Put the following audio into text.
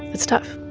it's tough